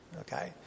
Okay